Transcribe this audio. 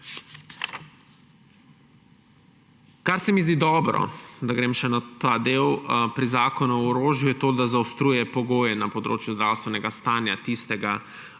Kar se mi zdi dobro pri zakonu o orožju, je to, da zaostruje pogoje na področju zdravstvenega stanja tistega,